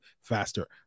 faster